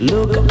Look